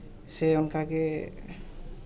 ᱥᱮ ᱚᱱᱠᱟᱜᱮ